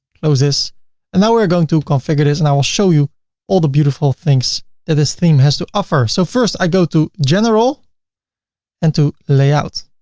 close this and now we are going to configure this and i will show you all the beautiful things that this theme has to offer. so first i go to general and to layout.